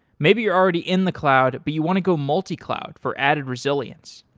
maybe you're already in the cloud, but you want to go multi-cloud for added resilience.